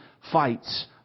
fights